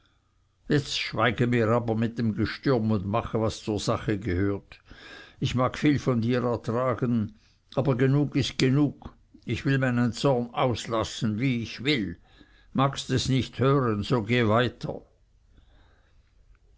jetzt schweige mir aber mit dem gestürm und mache was zur sache gehört ich mag viel von dir ertragen aber genug ist genug ich will meinen zorn auslassen wie ich will magst es nicht hören so geh weiter